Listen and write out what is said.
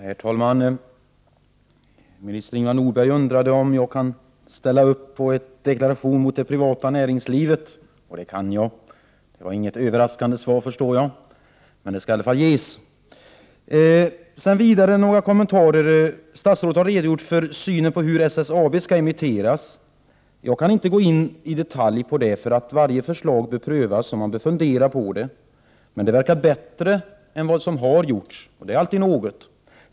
Herr talman! Minister Ivar Nordberg undrade om jag kan ställa upp bakom en deklaration mot det privata näringslivet. Det kan jag. Det var inget överraskande svar, förstår jag, men det skall i alla fall ges. Statsrådet har redogjort för synen på hur aktierna i SSAB skall emitteras. Jag kan inte gå in i detalj på detta. Varje förslag bör prövas och man bör fundera på förslagen. Det verkar bättre än vad som har gjorts, och det är alltid något.